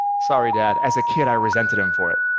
sorry, dad, as a kid i resented him for it,